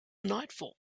nightfall